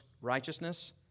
righteousness